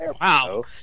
wow